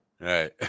Right